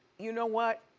you know what?